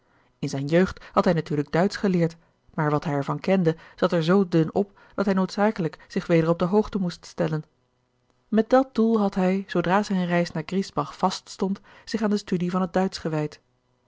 in zijn jeugd had hij natuurlijk duitsch geleerd maar wat hij er van kende zat er zoo dun op dat hij noodzakelijk zich weder op de hoogte moest stellen met dat doel had hij zoodra zijn reis naar griesbach vaststond zich aan de studie van het duitsch gewijd